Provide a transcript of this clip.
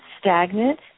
stagnant